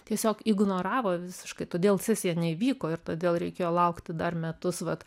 tiesiog ignoravo visiškai todėl sesija neįvyko ir todėl reikėjo laukti dar metus vat